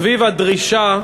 סביב הדרישה,